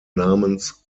namens